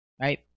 right